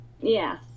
Yes